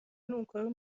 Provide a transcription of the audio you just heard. اونکارو